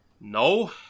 No